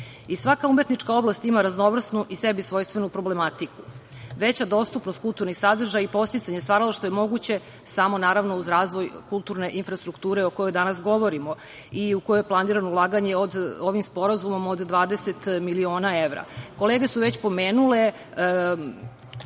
žive. Svaka umetnička oblast ima raznovrsnu i sebi svojstvenu problematiku. Veća dostupnost kulturnih sadržaja i podsticanja stvaralaštva je moguće samo naravno uz razvoj kulturne infrastrukture o kojoj danas govorima i u koju je planirano ulaganje ovim sporazumom od 20 miliona evra. Kolege su već pomenule